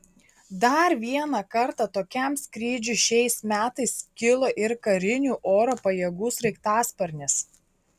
dar vieną kartą tokiam skrydžiui šiais metais kilo ir karinių oro pajėgų sraigtasparnis